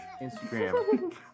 Instagram